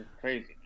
crazy